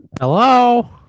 Hello